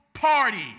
party